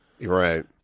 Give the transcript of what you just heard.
right